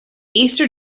easter